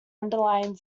underlying